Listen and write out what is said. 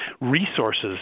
resources